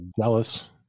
jealous